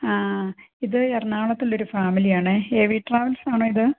ആ ഇത് എറണാകുളത്തുള്ളൊരു ഫാമിലി ആണേ എ വി ട്രാവൽസ് ആണോ ഇത്